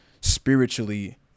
spiritually